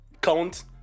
count